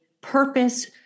purpose